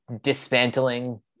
dismantling